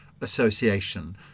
association